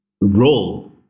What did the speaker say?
role